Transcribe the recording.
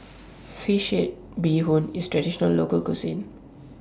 Fish Head Bee Hoon IS A Traditional Local Cuisine